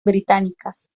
británicas